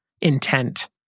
intent